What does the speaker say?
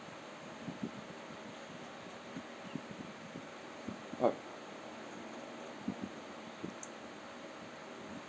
oh